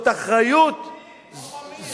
לא מאמין,